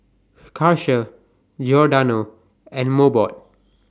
Karcher Giordano and Mobot